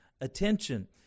attention